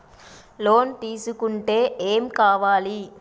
Loan తీసుకుంటే ఏం కావాలి?